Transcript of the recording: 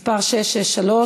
מס' 663,